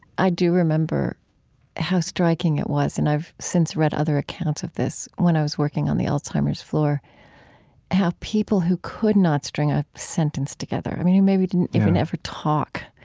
i do remember how striking it was and i've since read other accounts of this when i was working on the alzheimer's floor how people who could not string a sentence together, i mean, who maybe didn't even ever talk,